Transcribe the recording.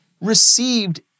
received